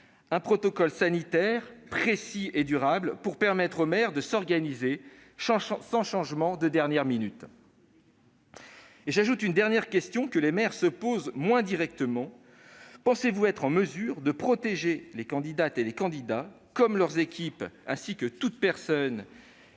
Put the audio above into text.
un protocole sanitaire précis et durable, pour permettre aux maires de s'organiser sans changement de dernière minute ? J'ajoute une dernière question, que les maires se posent moins directement : pensez-vous être en mesure de protéger les candidates et les candidats, comme leurs équipes, ainsi que toutes les personnes